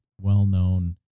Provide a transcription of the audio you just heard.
well-known